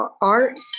art